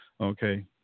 Okay